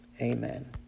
Amen